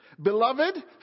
Beloved